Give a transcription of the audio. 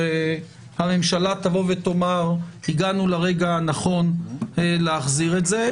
הממשלה תבוא ותאמר: הגענו לרגע הנכון להחזיר את זה,